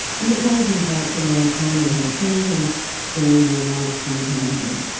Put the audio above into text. and it was in fact the way connor had chosen during their last encounter.